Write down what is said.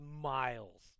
miles